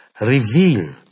reveal